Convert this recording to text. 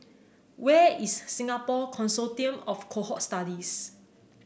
where is Singapore Consortium of Cohort Studies